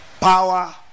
Power